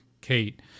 Kate